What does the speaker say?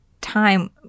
time